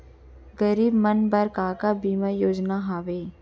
गरीब मन बर का का बीमा योजना हावे?